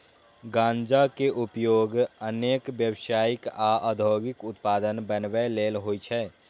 गांजा के उपयोग अनेक व्यावसायिक आ औद्योगिक उत्पाद बनबै लेल होइ छै